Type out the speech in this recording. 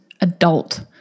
adult